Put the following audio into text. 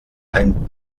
ein